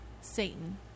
Satan